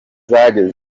zageze